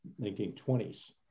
1920s